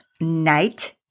Night